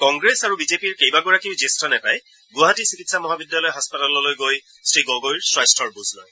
কংগ্ৰেছ আৰু বিজেপিৰ কেইবাগৰাকীও জ্যেষ্ঠ নেতাই গুৱাহাটী চিকিৎসা মহাবিদ্যালয় হাস্পতাললৈ গৈ শ্ৰীগগৈৰ স্বাস্থাৰ বুজ লয়